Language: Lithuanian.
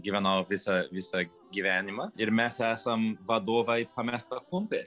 gyvenau visą visą gyvenimą ir mes esam vadovai pamesta klumpė